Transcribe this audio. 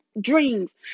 dreams